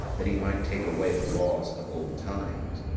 that he might take away the laws of old times